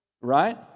Right